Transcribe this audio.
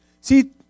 See